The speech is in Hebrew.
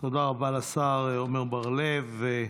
תודה רבה לשר עמר בר לב.